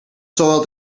soiled